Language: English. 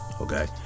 Okay